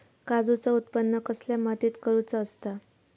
काजूचा उत्त्पन कसल्या मातीत करुचा असता?